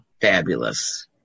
fabulous